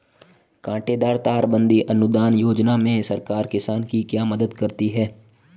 कांटेदार तार बंदी अनुदान योजना में सरकार किसान की क्या मदद करती है?